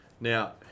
Now